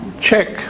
check